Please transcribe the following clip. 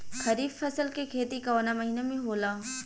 खरीफ फसल के खेती कवना महीना में होला?